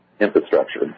infrastructure